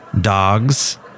Dogs